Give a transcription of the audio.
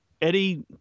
Eddie